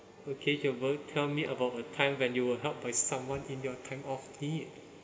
okay gilbert tell me about a time when you were helped by someone in your time of need